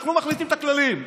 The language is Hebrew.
אנחנו מחליטים את הכללים,